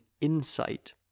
insight